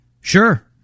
Sure